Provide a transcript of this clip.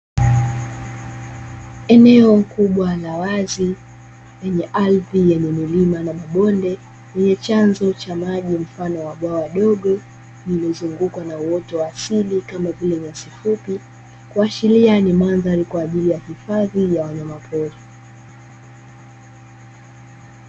Eneo kubwa la wazi lenye ardhi yenye milima na mabonde yenye chanzo cha maji mfano wa bwawa dogo lililozungukwa na uoto wa asili kama vile; nyasi fupi, kuashiria ni mandhari kwa ajili ya hifadhi ya wanyamapori.